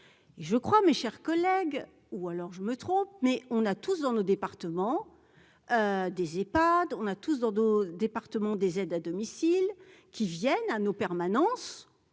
je crois, mes chers collègues, ou alors je me trompe mais on a tous dans nos départements des iPads on a tous dans d'autres départements, des aides à domicile qui viennent à nos permanences,